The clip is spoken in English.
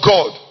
God